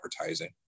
advertising